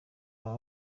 aba